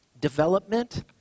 development